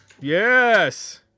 Yes